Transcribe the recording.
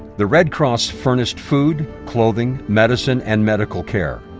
the red cross furnished food, clothing, medicine, and medical care.